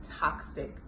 toxic